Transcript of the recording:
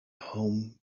home